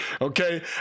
okay